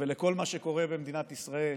ולכל מה שקורה במדינת ישראל